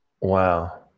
Wow